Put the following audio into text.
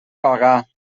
bagà